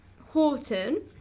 Horton